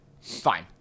Fine